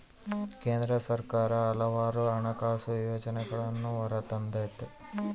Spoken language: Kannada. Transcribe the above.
ಕೇಂದ್ರ ಸರ್ಕಾರ ಹಲವಾರು ಹಣಕಾಸು ಯೋಜನೆಗಳನ್ನೂ ಹೊರತಂದತೆ